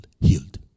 healed